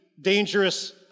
dangerous